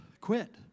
quit